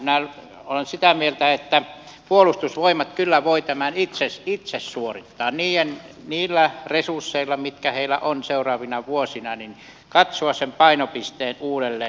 minä olen sitä mieltä että puolustusvoimat kyllä voi tämän itse suorittaa niillä resursseilla mitkä siellä on seuraavina vuosina katsoa sen painopisteen uudelleen